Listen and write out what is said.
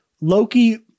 Loki